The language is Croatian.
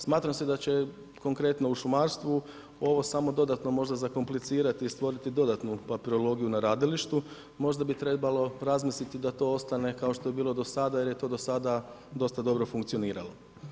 Smatra da će konkretno u šumarstvu ovo samo dodatno možda zakomplicirati i stvoriti dodatnu papirologiju na radilištu, možda bi trebalo razmisliti da to ostane kao što je bilo do sada jer je to do sada dosta dobro funkcioniralo.